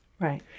Right